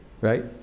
Right